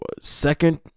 Second